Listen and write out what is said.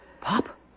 Pop